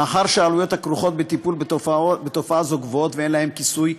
מאחר שהעלויות הכרוכות בטיפול בתופעה זו גבוהות ואין להן כיסוי,